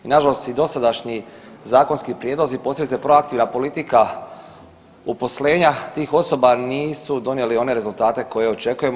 I na žalost i dosadašnji zakonski prijedlozi posebice proaktivna politika uposlenja tih osoba nisu donijeli one rezultate koje očekujemo.